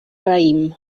raïm